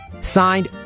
Signed